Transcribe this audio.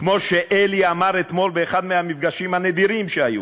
כמו שאלי אמר אתמול באחד מהמפגשים הנדירים שהיו